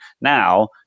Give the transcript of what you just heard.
Now